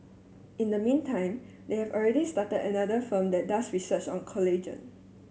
in the meantime they have already started another firm that does research on collagen